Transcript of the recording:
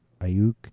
Ayuk